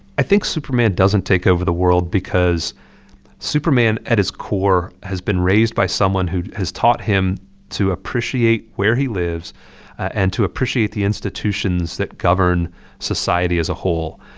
i think superman doesn't take over the world because superman, at his core, has been raised by someone who has taught him to appreciate where he lives and to appreciate the institutions that govern society as a whole.